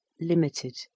limited